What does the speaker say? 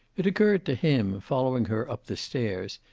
it occurred to him, following her up the stairs,